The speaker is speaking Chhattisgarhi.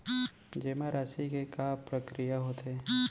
जेमा राशि के का प्रक्रिया होथे?